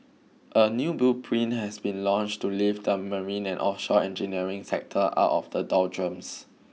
a new blueprint has been launched to lift the marine and offshore engineering sector out of the doldrums